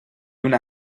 una